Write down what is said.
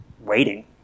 waiting